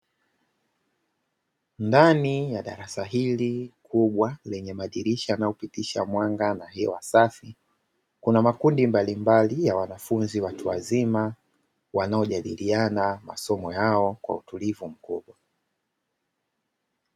Ndani ya darasa hili kubwa lenye madirisha yanayopitisha mwanga na hewa safi, kuna makundi mbalimbali ya wanafunzi watu wazima, wanaojadiliana masomo yao kwa utulivu mkubwa.